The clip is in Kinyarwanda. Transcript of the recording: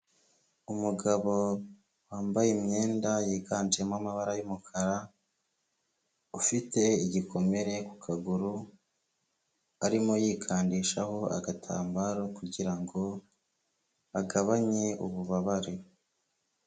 Umugabo wambaye imyenda yiganjemo amabara y'umukara, ufite igikomere ku kaguru, arimo yikandishaho agatambaro kugira ngo agabanye ububabare.